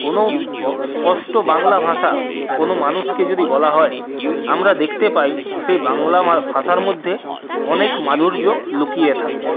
কোনও ব স্পষ্ট বাংলা ভাষা কোনও মানুষকে যদি বলা হয় আমরা দেখতে পাই সে বাংলা মায়ের ভাষার মধ্যে অনেক মাধুর্য লুকিয়ে থাকে